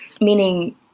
meaning